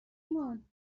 ایمان